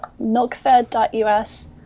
milkfed.us